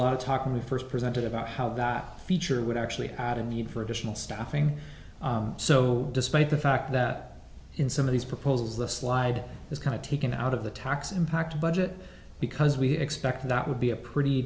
of talk in the first presented about how that feature would actually add in the need for additional staffing so despite the fact that in some of these proposals the slide is kind of taken out of the tax impact budget because we expect that would be a pretty